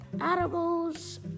animals